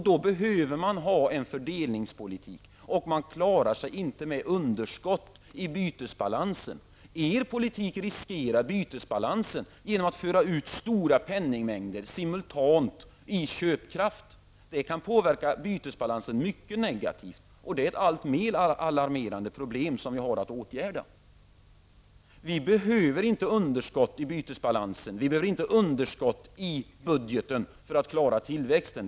Då behövs en fördelningspolitik, och man klarar sig inte med underskott i bytesbalansen. Med er politik riskeras bytesbalansen genom att stora penningmängder simultant förs ut som köpkraft. Det kan påverka bytesbalansen mycket negativt. Det är ett alltmer alarmerande problem som vi har att åtgärda. Vi behöver inte underskott i bytesbalansen och underskott i budgeten för att klara tillväxten.